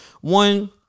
one